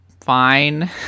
fine